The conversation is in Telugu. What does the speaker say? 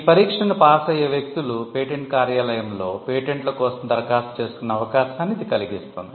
ఈ పరీక్షను పాస్ అయ్యే వ్యక్తులు పేటెంట్ కార్యాలయంలో పేటెంట్ల కోసం దరఖాస్తు చేసుకునే అవకాశాన్ని ఇది కలిగిస్తుంది